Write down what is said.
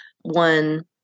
one